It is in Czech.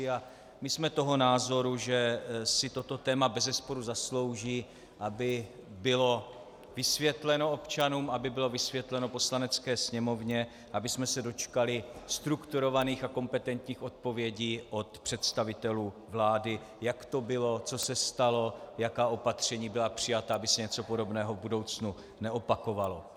A my jsme toho názoru, že si toto téma bezesporu zaslouží, aby bylo vysvětleno občanům, aby bylo vysvětleno Poslanecké sněmovně, abychom se dočkali strukturovaných a kompetentních odpovědí od představitelů vlády, jak to bylo, co se stalo, jaká opatření byla přijata, aby se něco podobného v budoucnu neopakovalo.